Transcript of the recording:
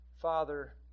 Father